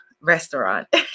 Restaurant